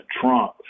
Trump